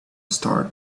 start